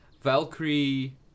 Valkyrie